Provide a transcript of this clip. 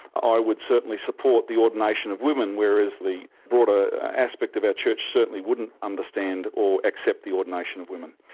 i would certainly support the ordination of women, whereas the broader aspect of our church certainly wouldn't understand or accept the ordination of women.